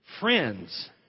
friends